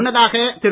முன்னதாக திரு